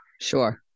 Sure